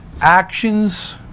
actions